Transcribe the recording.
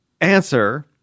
answer